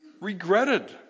regretted